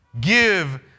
give